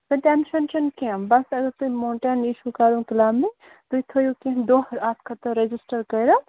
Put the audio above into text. تہٕ ٹٮ۪نشَن چھُنہٕ کیٚنٛہہ بَس اَگر تُہۍ ماوٹین یہِ چھُو کَرُن کٕلیمبِنٛگ تُہۍ تھٲوِو کیٚنٛہہ دۄہ اَتھ خٲطرٕ رٔجِسٹَر کٔرِتھ